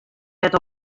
net